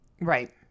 Right